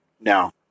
Now